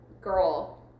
Girl